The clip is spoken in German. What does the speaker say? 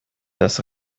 das